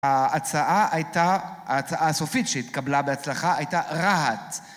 ההצעה הייתה, ההצעה הסופית שהתקבלה בהצלחה הייתה רהט